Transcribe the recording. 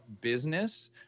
business